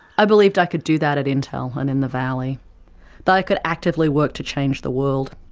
i believed i could do that at intel, and in the valley that i could actively work to change the world.